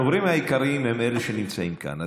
הדוברים העיקריים הם אלה שנמצאים כאן,